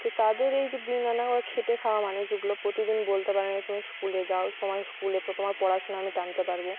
তো তাদের এই যে দিন আনা বা খেটে খাওয়া মানুষগুলো প্রতিদিন বলতে পারে না তুমি স্কুলে যাও তোমার স্কুলে তোমার পড়াশুনা আমি টানতে পারবো